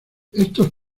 estos